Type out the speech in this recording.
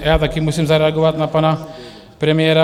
Já taky musím zareagovat na pana premiéra.